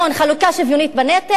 חלוקה שוויונית בנטל,